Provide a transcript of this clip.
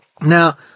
Now